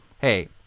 hey